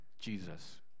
Jesus